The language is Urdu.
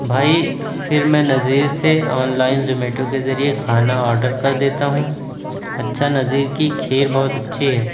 بھائی پھر میں نظیر سے آنلائن زومیٹو کے ذریعے کھانا آرڈر کر دیتا ہوں اچھا نظیر کی کھیر بہت اچھی ہے